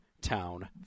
Town